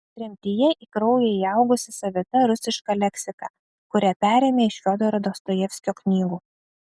tremtyje į kraują įaugusi savita rusiška leksika kurią perėmė iš fiodoro dostojevskio knygų